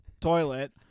toilet